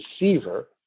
receiver